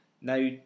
Now